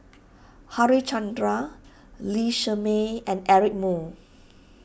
Harichandra Lee Shermay and Eric Moo